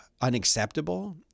unacceptable